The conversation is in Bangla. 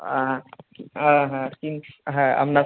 হ্যাঁ হ্যাঁ হ্যাঁ আপনার